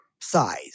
size